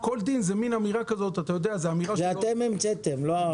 כל דין, זאת אמירה כזאת --- אתם המצאתם אותה.